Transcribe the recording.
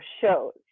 shows